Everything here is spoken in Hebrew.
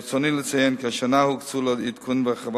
ברצוני לציין כי השנה הוקצו לעדכון והרחבה